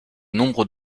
nombre